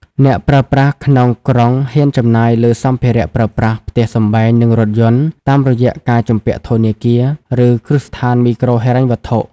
អ្នកប្រើប្រាស់ក្នុងក្រុងហ៊ានចំណាយលើសម្ភារៈប្រើប្រាស់ ផ្ទះសម្បែង និងរថយន្ត តាមរយៈការជំពាក់ធនាគារ ឬគ្រឹះស្ថានមីក្រូហិរញ្ញវត្ថុ។